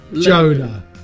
Jonah